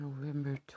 November